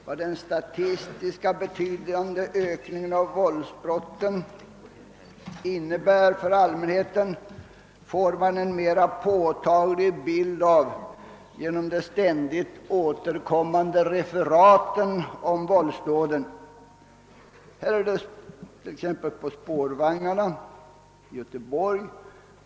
Vad den statistiska betydande ökningen av våldsbrotten innebär för allmänheten får man en mera påtaglig bild av genom de ständigt återkommande referaten om våldsdåden. Vi har exempelvis kunnat läsa om hur det varit på spårvagnarna i Göteborg.